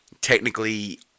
technically